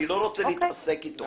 אני לא רוצה להתעסק איתו.